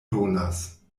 donas